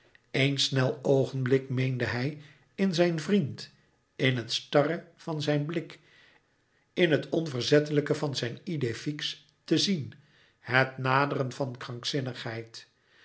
éen snel oogenblik meende hij in zijn vriend in het starre van zijn blik in het onverzettelijke van zijn idée fixe te zien het naderen van krankzinnigheid